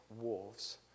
wolves